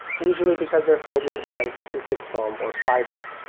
usually because they're filled with dense acoustic foam or fiber.